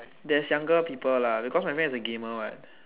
there's younger people lah because my friend is a gamer [what]